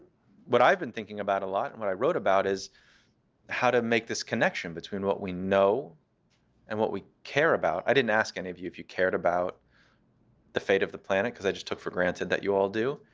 what i've been thinking about a lot and what i wrote about is how to make this connection between what we know and what we care about. i didn't ask any of you if you cared about the fate of the planet because i just took for granted that you all do.